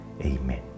Amen